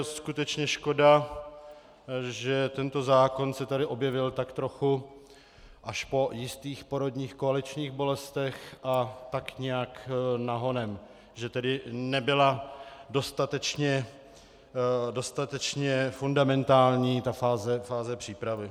A je skutečně škoda, že tento zákon se tady objevil tak trochu až po jistých porodních koaličních bolestech a tak nějak nahonem, že tedy nebyla dostatečně fundamentální ta fáze přípravy.